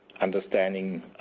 understanding